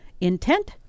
Intent